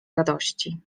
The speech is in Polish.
radości